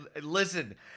Listen